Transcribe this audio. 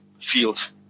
field